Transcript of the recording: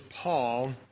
Paul